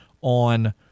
on